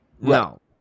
No